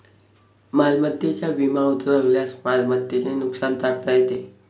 मालमत्तेचा विमा उतरवल्यास मालमत्तेचे नुकसान टाळता येते